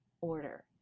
order